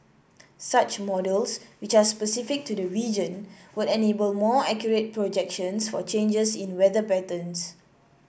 such models which are specific to the region would enable more accurate projections for changes in weather patterns